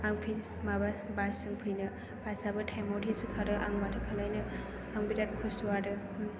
थांफिन माबा बासजों फैनो बासआ टाइम मथेसो खारो आं माथो खालामनो आं बिराद खस्थ' आरो